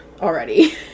already